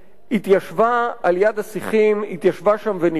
התיישבה על יד השיחים, התיישבה שם ונרדמה.